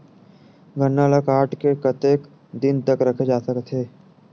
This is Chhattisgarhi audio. गन्ना ल काट के कतेक दिन तक रखे जा सकथे?